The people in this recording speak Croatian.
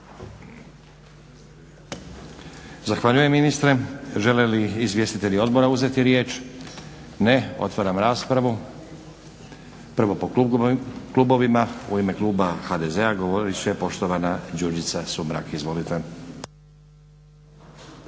Zahvaljujem ministre. Žele li izvjestitelji odbora uzeti riječ? Ne. Otvaram raspravu. Prvo po klubovima. U ime kluba HDZ-a govorit će poštovana Đurđica Sumrak, izvolite.